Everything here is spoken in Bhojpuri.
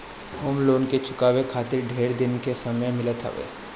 होम लोन के चुकावे खातिर ढेर दिन के समय मिलत हवे